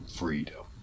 freedom